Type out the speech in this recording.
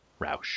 Roush